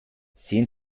sehen